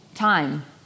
Time